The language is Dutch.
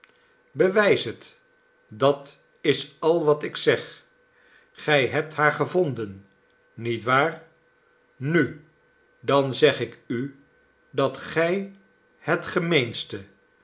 bewijs het dat is al wat ik zeg gij hebt haar gevonden niet waar nu dan zeg ik u dat gij het gemeenste